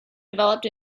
developed